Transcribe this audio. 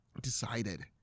decided